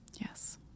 Yes